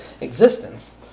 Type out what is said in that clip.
existence